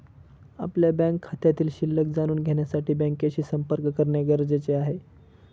आपल्या बँक खात्यातील शिल्लक जाणून घेण्यासाठी बँकेशी संपर्क करणे गरजेचे आहे